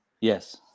Yes